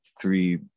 three